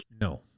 no